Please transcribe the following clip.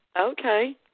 Okay